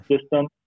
system